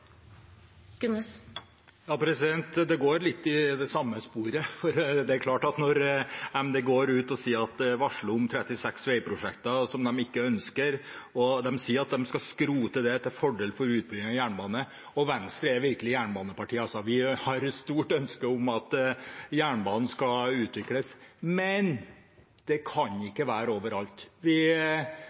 klart, når Miljøpartiet De Grønne går ut og varsler om 36 veiprosjekter som de ikke ønsker, og sier at de skal skrote dem til fordel for utbygging av jernbane. Venstre er virkelig jernbanepartiet. Vi har et stort ønske om at jernbanen skal utvikles, men den kan ikke være overalt. Vi